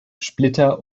splitter